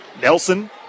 Nelson